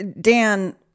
Dan